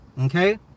okay